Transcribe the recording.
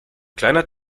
kleiner